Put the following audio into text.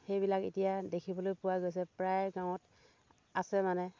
সেইবিলাক এতিয়া দেখিবলৈ পোৱা গৈছে প্ৰায়ে গাঁৱত আছে মানে